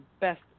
best